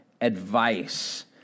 advice